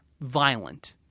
violent